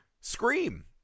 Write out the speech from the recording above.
Scream